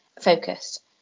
focused